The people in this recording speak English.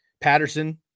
Patterson